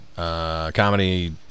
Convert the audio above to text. Comedy